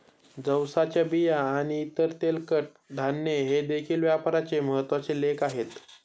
जवसाच्या बिया आणि इतर तेलकट धान्ये हे देखील व्यापाराचे महत्त्वाचे लेख आहेत